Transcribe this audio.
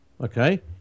Okay